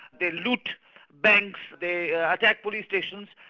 they loot banks, they attack police stations.